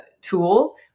tool